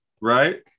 right